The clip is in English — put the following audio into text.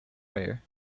prayer